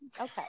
Okay